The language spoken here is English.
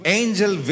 angel